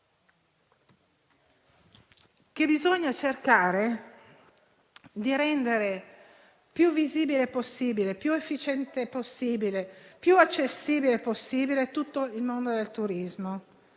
che bisogna cercare di rendere più visibile possibile, più efficiente possibile e più accessibile possibile tutto il mondo del turismo.